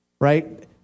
Right